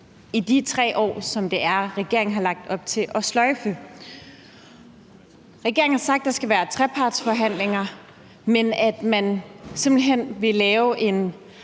i de 3 år, som regeringen har lagt op til at sløjfe. Regeringen har sagt, at der skal være trepartsforhandlinger, og at man simpelt hen vil lave en